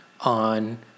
on